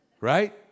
Right